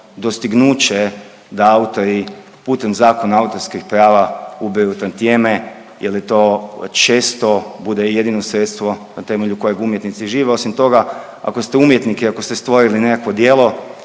dostignuće da autori putem Zakona o autorskim pravima ubiru tantijeme jel je to često bude jedino sredstvo na temelju kojeg umjetnici žive. Osim toga ako ste umjetnik i ako ste stvorili nekakvo djelo